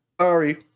sorry